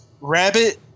Rabbit